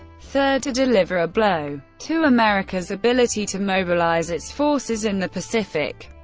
third, to deliver a blow to america's ability to mobilize its forces in the pacific,